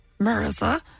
Marissa